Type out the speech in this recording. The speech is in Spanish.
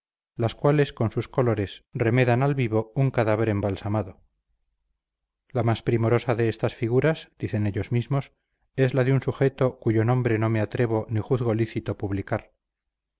las cuales con sus colores remedan al vivo un cadáver embalsamado la más primorosa de estas figuras dicen ellos mismos es la de un sujeto cuyo nombre no me atrevo ni juzgo lícito publicar